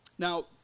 Now